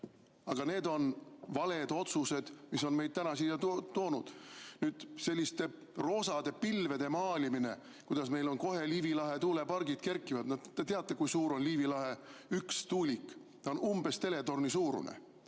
Aga need on valed otsused, mis on meid tänaseks siia toonud. Selliste roosade pilvede maalimine, kuidas meil kohe Liivi lahe tuulepargid kerkivad ... No te teate, kui suur on üks Liivi lahe tuulik? Ta on umbes teletorni suurune.